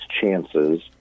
chances